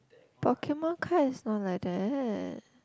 Pokemon card is not like that